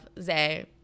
Zay